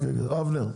אבנר,